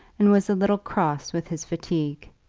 and was a little cross with his fatigue.